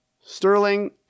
Sterling